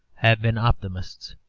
have been optimists.